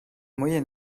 moyen